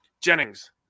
Jennings